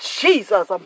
Jesus